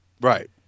Right